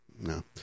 No